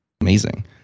Amazing